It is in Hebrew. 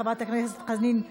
חברת הכנסת חנין זועבי,